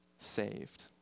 saved